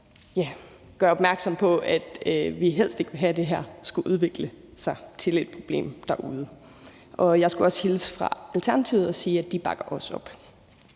og gøre opmærksom på, at vi helst ikke vil have det her skal udvikle sig til et problem derude. Jeg skulle hilse fra Alternativet og sige, at de også bakker op.